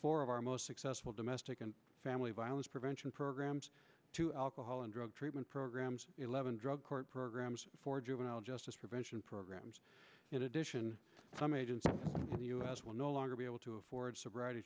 four of our most successful domestic and family violence prevention programs to alcohol and drug treatment programs eleven drug court programs for juvenile justice prevention programs in addition some agencies in the us will no longer be able to afford sobriety